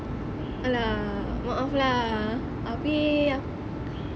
!alah! maaf lah abeh